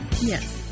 Yes